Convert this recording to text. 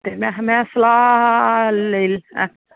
तेे मैं सलाह लेई लैं